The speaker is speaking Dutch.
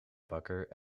bakker